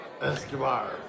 escobar